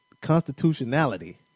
constitutionality